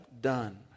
done